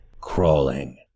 crawling